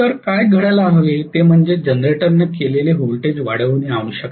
तर काय घडायला हवे ते म्हणजे जनरेट केलेले व्होल्टेज वाढविणे आवश्यक आहे